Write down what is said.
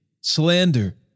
slander